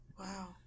Wow